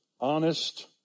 honest